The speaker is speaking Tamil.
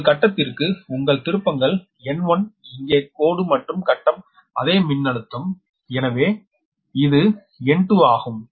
ஒரு கட்டத்திற்கு உங்கள் திருப்பங்கள் N1 இங்கே கோடு மற்றும் கட்டம் அதே மின்னழுத்தம் எனவே இது N2 ஆகும்